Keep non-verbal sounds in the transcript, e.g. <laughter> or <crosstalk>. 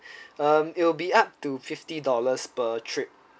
<breath> um it will be up to fifty dollars per trip